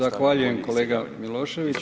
Zahvaljujem kolega Milošević.